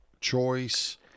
choice